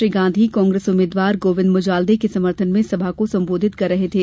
श्री गांधी कांग्रेस उम्मीदवार गोविन्द मुजाल्दे के समर्थन में सभा कर रहे थे